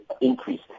increase